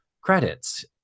credits